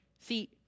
see